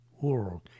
world